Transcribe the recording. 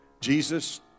Jesus